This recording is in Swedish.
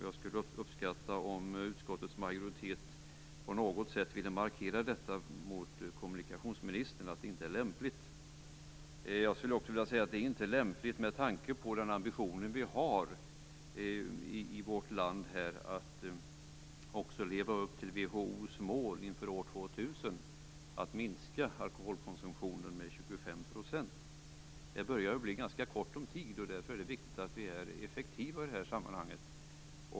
Jag skulle uppskatta om utskottets majoritet på något sätt ville göra en markering mot kommunikationsministern, att hennes agerande inte är lämpligt. Vi har ju ambitionen att leva upp till WHO:s mål att minska alkoholkonsumtionen med 25 % till år 2000. Det börjar bli ont om tid. Därför är det viktigt att vi är effektiva i detta sammanhang.